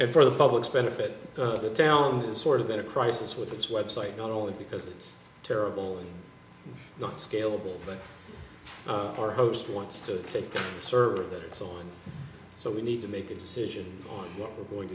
and for the public's benefit the town is sort of in a crisis with its website not only because it's terrible and not scalable but our host wants to take the server that it's on so we need to make a decision on what we're going